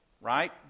right